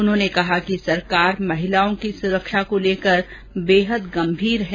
उन्होंने कहा कि सरकार महिलाओं की सुरक्षा के प्रति बेहद गम्भीर है